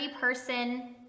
person